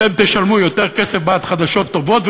אתם תשלמו יותר כסף בעד חדשות טובות.